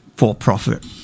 for-profit